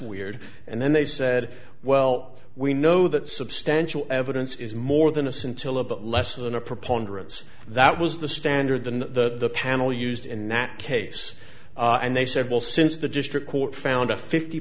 weird and then they said well we know that substantial evidence is more than a scintilla but less than a preponderance that was the standard than the panel used in that case and they said well since the district court found a fifty